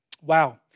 Wow